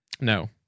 no